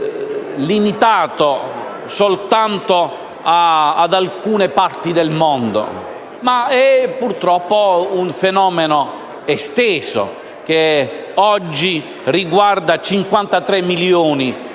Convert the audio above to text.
limitato soltanto ad alcune parti del mondo, ma sia un fenomeno esteso, che riguarda oggi 53 milioni di